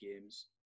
games